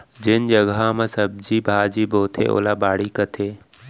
जेन जघा म सब्जी भाजी बोथें ओला बाड़ी कथें